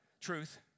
Truth